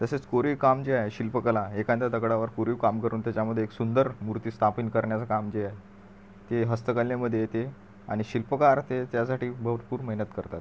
तसेच कोरीव काम जे आहे शिल्पकला एखाद्या दगडावर कोरीव काम करून त्याच्यामध्ये एक सुंदर मूर्ती स्थापिन करण्याचं काम जे आहे ते हस्तकलेमध्ये येते आणि शिल्पकार हे त्याच्यासाठी भरपूर मेहनत करतात